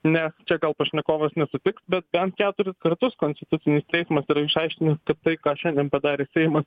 nes čia gal pašnekovas nesutiks bet bent keturis kartus konstitucinis teismas išaiškinęs kad tai ką šiandien padarė seimas